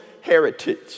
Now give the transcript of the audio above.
heritage